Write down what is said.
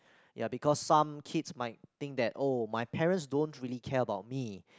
ya because some kids might think that oh my parents don't really care about me